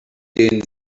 den